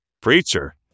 preacher